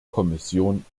kommission